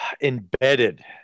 embedded